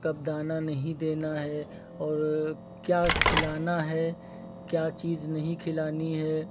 कब दाना नहीं देना है और क्या खिलाना है क्या चीज़ नहीं खिलानी है